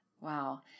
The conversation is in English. Wow